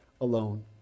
alone